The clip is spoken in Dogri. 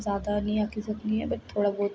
ज्यादा नेईं आक्खी सकनी हां पर थोह्ड़ा बहुत